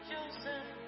Joseph